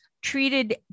treated